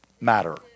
matter